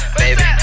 baby